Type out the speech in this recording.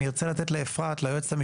אני רוצה לתת לאפרת לדבר על זה.